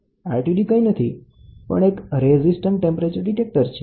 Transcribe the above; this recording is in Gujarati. RTD કંઈ નથી પણ રેઝિસ્ટન્ટ ટેમ્પરેચર ડિટેક્ટર છે